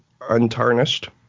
untarnished